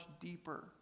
deeper